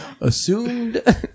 assumed